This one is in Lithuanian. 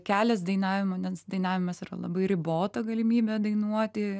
kelias dainavimo nes dainavimas yra labai ribotą galimybę dainuoti